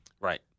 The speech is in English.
Right